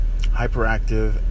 hyperactive